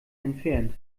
entfernt